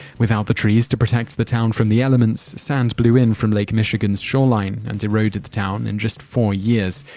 without the trees to protect the town from the elements, sand blew in from lake michigan's shoreline and eroded the town in just four years.